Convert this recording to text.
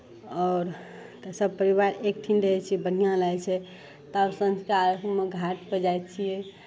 आओर सभ परिवार एकठिन रहै छै बढ़िआँ लागै छै तब सँझुका अर्घ्यमे घाटपर जाइ छियै